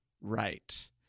Right